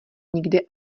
nikde